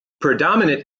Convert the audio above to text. predominant